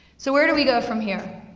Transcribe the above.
so where do we go from here?